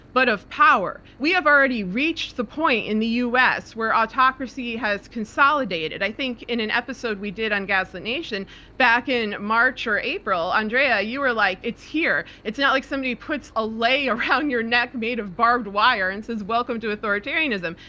but of power. we have already reached the point in the u. s. where autocracy has consolidated. i think in an episode we did on gaslit nation back in march or april, andrea, you were like, it's here. it's not like somebody puts a lei around your neck made of barbed wire and says, welcome to authoritarianism.